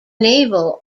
naval